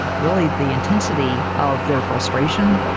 really the intensity of their frustration,